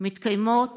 מתקיימות